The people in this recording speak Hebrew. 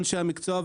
המקצוע,